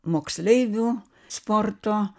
moksleivių sporto